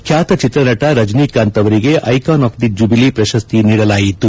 ಖ್ಯಾತ ಚಿತ್ರನಟ ರಜನಿಕಾಂತ್ ಅವರಿಗೆ ಐಕಾನ್ ಆಫ್ ದಿ ಜುಬಿಲಿ ಪ್ರಶಸ್ತಿ ನೀಡಲಾಯಿತು